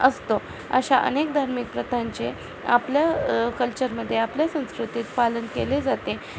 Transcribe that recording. असतो अशा अनेक धार्मिक प्रथांचे आपल्या कल्चरमध्ये आपल्या संस्कृतीत पालन केले जाते